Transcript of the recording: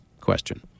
question